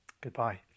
Goodbye